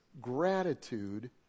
gratitude